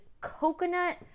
coconut